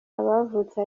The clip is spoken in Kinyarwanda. abavutse